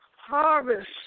harvest